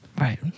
right